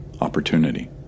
Opportunity